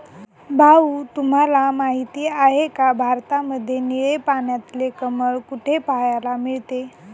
भाऊ तुम्हाला माहिती आहे का, भारतामध्ये निळे पाण्यातले कमळ कुठे पाहायला मिळते?